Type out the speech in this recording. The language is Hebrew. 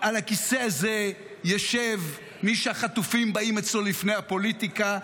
על הכיסא הזה ישב מי שהחטופים באים אצלו לפני הפוליטיקה,